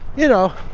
you know,